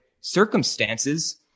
circumstances